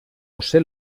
josé